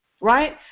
right